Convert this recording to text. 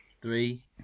three